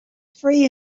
free